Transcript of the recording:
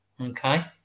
Okay